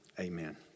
amen